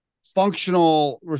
functional